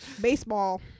Baseball